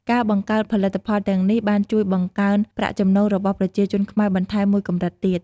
ការបង្កើតផលិតផលទាំងនេះបានជួយបង្កើនប្រាក់ចំណូលរបស់ប្រជាជនខ្មែរបន្ថែមមួយកម្រិតទៀត។